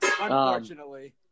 Unfortunately